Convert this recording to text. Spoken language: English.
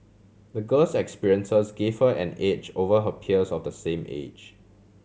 the girl's experiences gave her an edge over her peers of the same age